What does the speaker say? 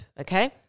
okay